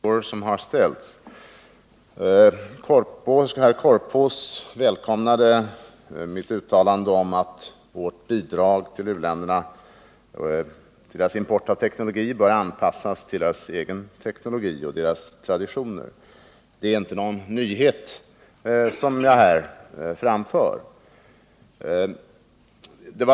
Herr talman! Jag vill göra några kommentarer till de frågor som ställts. Herr Korpås välkomnade mitt uttalande om att vårt bidrag till u-länderna när det gäller deras import av teknologi bör anpassas till deras egen teknologi och till deras traditioner, och jag vill till detta bara säga att det inte var någon ny ståndpunkt som jag här redovisade.